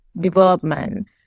development